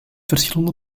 verschillende